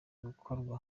gukorwa